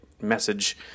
message